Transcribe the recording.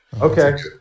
Okay